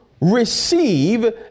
receive